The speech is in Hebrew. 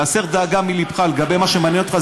והסר דאגה מליבך לגבי מה שמעניין אותך,